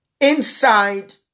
inside